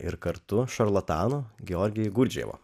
ir kartu šarlatanų georgijui gurdževo